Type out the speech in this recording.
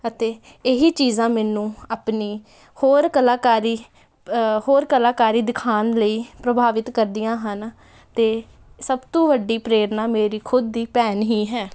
ਅਤੇ ਇਹੀ ਚੀਜ਼ਾਂ ਮੈਨੂੰ ਆਪਣੀ ਹੋਰ ਕਲਾਕਾਰੀ ਹੋਰ ਕਲਾਕਾਰੀ ਦਿਖਾਉਣ ਲਈ ਪ੍ਰਭਾਵਿਤ ਕਰਦੀਆਂ ਹਨ ਅਤੇ ਸਭ ਤੋਂ ਵੱਡੀ ਪ੍ਰੇਰਨਾ ਮੇਰੀ ਖੁਦ ਦੀ ਭੈਣ ਹੀ ਹੈ